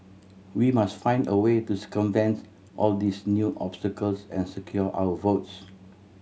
we must find a way to circumvent all these new obstacles and secure our votes